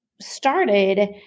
started